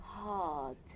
hard